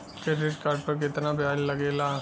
Credit card पर कितना ब्याज लगेला?